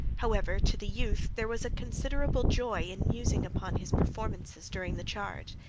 however, to the youth there was a considerable joy in musing upon his performances during the charge.